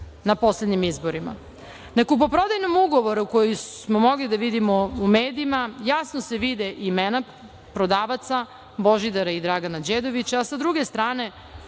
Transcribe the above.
na poslednjim izborima. Na kupoprodajnom ugovoru koji smo mogli da vidimo u medijima, jasno se vide imena prodavaca Božidara i Dragane Đedović, a sa druge strane